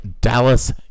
Dallas